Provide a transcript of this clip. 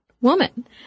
woman